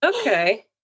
okay